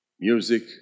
music